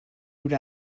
would